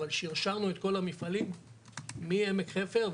אבל שרשרנו את כל המפעלים מעמק חפר,